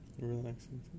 Relaxing